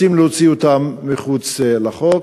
רוצים להוציא אותם מחוץ לחוק.